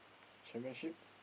Championship